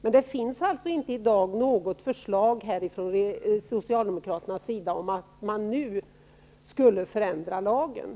Men det finns alltså inte här i dag något förslag från Socialdemokraternas sida om att lagen nu skulle förändras.